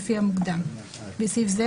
לפי המוקדם (בסעיף זה